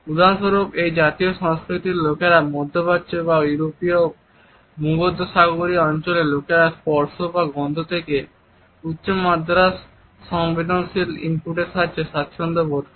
উদাহরণস্বরূপ এই জাতীয় সংস্কৃতির লোকেরা মধ্যপ্রাচ্য বা ইউরোপের ভূমধ্যসাগরীয় অঞ্চলের লোকেরা স্পর্শ বা গন্ধ থেকে উচ্চ মাত্রার সংবেদনশীল ইনপুটগুলির সাথে স্বাচ্ছন্দ্য বোধ করে